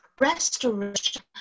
restoration